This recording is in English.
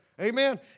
Amen